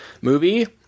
movie